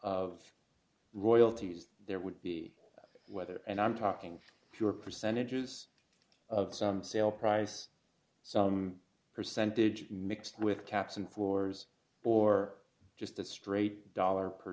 of royalties there would be whether and i'm talking pure percentages of some sale price some percentage mix with caps and fours for just a straight dollar per